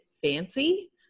fancy